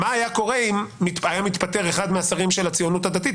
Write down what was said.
מה היה קורה אם היה מתפטר אחד מהשרים של הציונות הדתית,